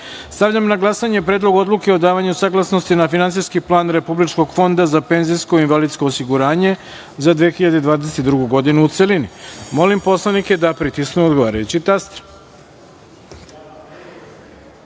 godinu. Stavljam na glasanje Predlog odluke o davanju saglasnosti na Finansijski plan Republičkog fonda za penzijsko i invalidsko osiguranje za 2022. godinu, u celini. Molim narodne poslanike da pritisnu odgovarajući